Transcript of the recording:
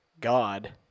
God